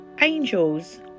angels